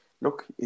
look